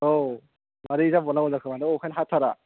आव मारै जाबावनांगौ जाखो माथो अखायानो हाथारा